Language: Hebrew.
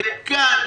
וכאן,